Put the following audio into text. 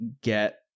get